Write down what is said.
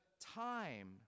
time